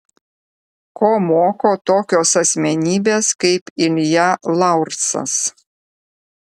ko moko tokios asmenybės kaip ilja laursas